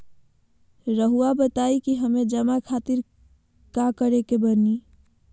रहुआ बताइं कि हमें जमा खातिर का करे के बानी?